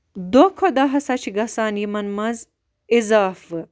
دۄہ کھۄتہٕ دۄہ ہَسا چھِ گَژھان یِمَن مَںٛز اِضافہٕ